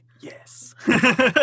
Yes